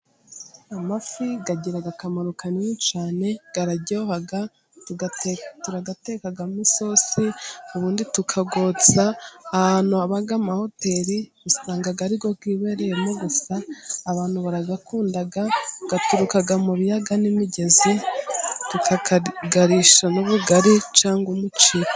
Amafi agira akamaro kanini cyane, araryoha turayateka tugakoramo isosi, ubundi tukayotsa ahantu haba amahoteri usanga ariyo yibereyemo gusa. Abantu barayakunda aturuka mu biyaga n'imigezi, tukakayarisha n'ubugari cyangwa umuceri.